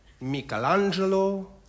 Michelangelo